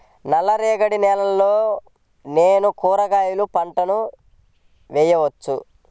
నల్ల రేగడి నేలలో నేను కూరగాయల పంటను వేయచ్చా?